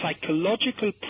psychological